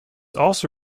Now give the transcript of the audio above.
also